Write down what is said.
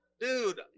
dude